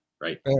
Right